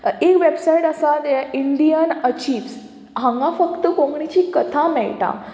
एक वेबसायट आसा हे इंडियन अचीब्स हांगा फक्त कोंकणीची कथा मेळटा